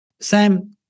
Sam